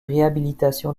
réhabilitation